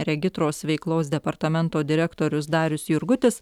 regitros veiklos departamento direktorius darius jurgutis